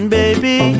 baby